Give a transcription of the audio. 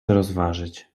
rozważyć